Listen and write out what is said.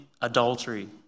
adultery